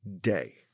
day